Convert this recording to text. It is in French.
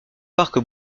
parc